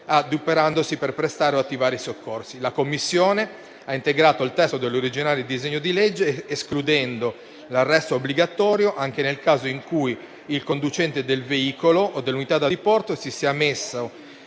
adoperandosi per prestare o attivare i soccorsi. La Commissione ha integrato il testo dell'originale disegno di legge escludendo l'arresto obbligatorio anche nel caso in cui il conducente del veicolo o dell'unità da diporto si sia messo